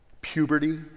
Puberty